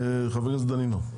חבר הכנסת דנינו.